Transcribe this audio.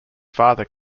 father